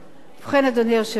ובכן, אדוני היושב-ראש,